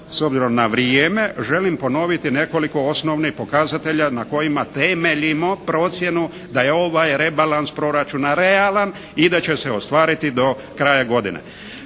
s obzirom na vrijeme, želim ponoviti nekoliko osnovnih pokazatelja na kojima temeljimo procjenu da je ovaj rebalans proračuna realan i d će se ostvariti do kraja godine.